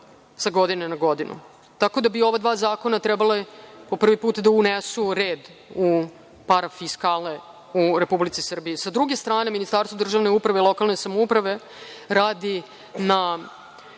iz godine u godinu. Tako da bi ova dva zakona trebalo po prvi put da unesu red u parafiskale u Republici Srbiji. Sa druge strane, Ministarstvo državne uprave i lokalne samouprave, radi na